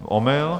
Omyl.